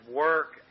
work